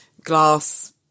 Glass